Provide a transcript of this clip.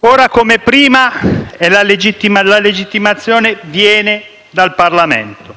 Ora come prima, la legittimazione viene dal Parlamento.